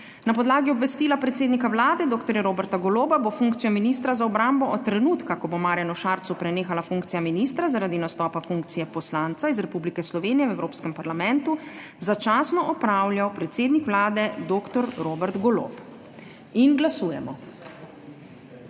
Na podlagi obvestila predsednika Vlade dr. Roberta Goloba bo funkcijo ministra za obrambo od trenutka, ko bo Marjanu Šarcu prenehala funkcija ministra zaradi nastopa funkcije poslanca iz Republike Slovenije v Evropskem parlamentu, začasno opravljal predsednik Vlade dr. Robert Golob. Glasujemo.